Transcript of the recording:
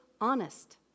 honest